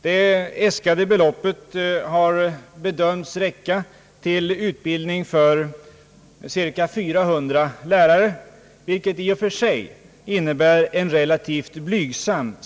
Det äskade beloppet har bedömts räcka till utbildning av cirka 400 lärare, vilket alltså är relativt blygsamt.